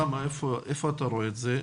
איפה אתה רואה את זה?